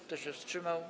Kto się wstrzymał?